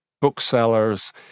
booksellers